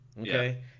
Okay